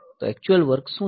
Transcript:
તો actual work શું છે